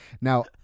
now